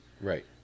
Right